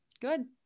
good